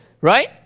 right